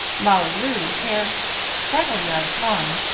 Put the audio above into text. molly loo hair several yards long,